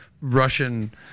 Russian